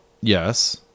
Yes